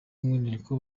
maneko